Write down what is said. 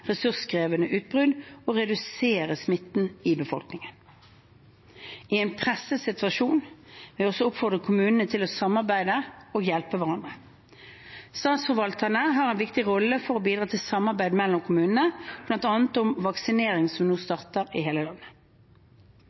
ressurskrevende utbrudd og redusere smitten i befolkningen. I en presset situasjon vil jeg oppfordre kommunene til å samarbeide og hjelpe hverandre. Statsforvalterne har en viktig rolle i å bidra til samarbeid mellom kommunene, bl.a. om vaksineringen som nå er startet i hele landet.